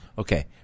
Okay